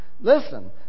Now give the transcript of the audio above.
Listen